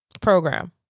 program